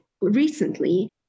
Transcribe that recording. recently